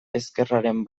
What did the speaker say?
ezkerraren